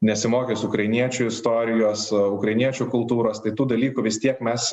nesimokys ukrainiečių istorijos ukrainiečių kultūros tai tų dalykų vis tiek mes